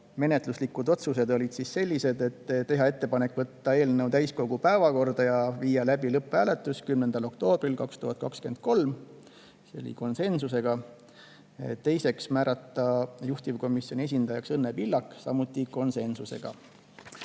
menetluslikud otsused olid sellised, et teha ettepanek võtta eelnõu täiskogu päevakorda ja viia läbi lõpphääletus 10. oktoobril 2023. aastal, see oli konsensusega, teiseks määrata juhtivkomisjoni esindajaks Õnne Pillak, samuti konsensusega.